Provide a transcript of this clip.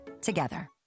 together